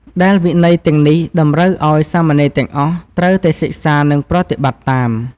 ដែលវិន័យទាំងនេះតម្រូវឲ្យសាមណេរទាំងអស់ ត្រូវតែសិក្សា និងប្រតិបត្តិតាម។